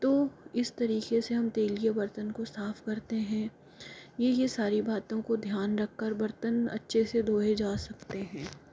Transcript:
तो इस तरीके से हम तैलीय बर्तन को साफ़ करते हैं यह यह सारी बातों को ध्यान रख कर बर्तन अच्छे से धोये जा सकते हैं